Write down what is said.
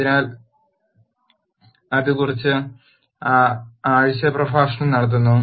അതിനാൽ അത് കുറച്ച് ആഴ്ച പ്രഭാഷണം നടത്തുന്നു